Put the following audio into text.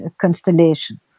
constellation